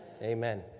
Amen